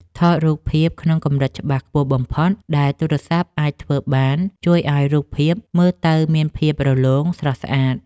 ថតរូបភាពក្នុងកម្រិតច្បាស់ខ្ពស់បំផុតដែលទូរស័ព្ទអាចធ្វើបានជួយឱ្យរូបភាពមើលទៅមានភាពរលោងស្រស់ស្អាត។